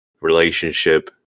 relationship